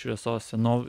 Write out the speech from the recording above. šviesos o